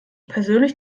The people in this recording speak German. persönlich